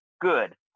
Good